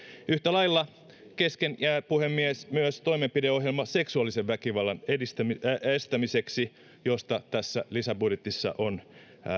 yhtä lailla kesken jää puhemies myös toimenpideohjelma seksuaalisen väkivallan estämiseksi josta tässä lisäbudjetissa on